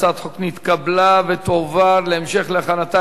הצעת החוק נתקבלה ותועבר להמשך הכנתה